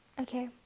Okay